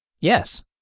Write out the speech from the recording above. Yes